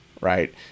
right